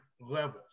levels